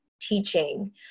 teaching